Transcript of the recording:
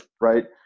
right